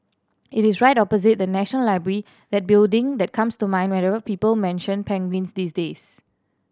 it is right opposite the National Library that building that comes to mind whenever people mention penguins these days